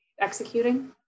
executing